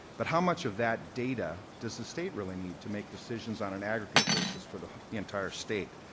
but how much of that data does the state really need to make decisions on an aggregate basis for the the entire state.